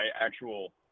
actual